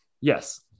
Yes